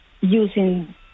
using